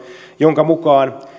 jonka mukaan